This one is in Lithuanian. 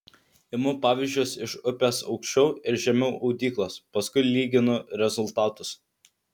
imu pavyzdžius iš upės aukščiau ir žemiau audyklos paskui lyginu rezultatus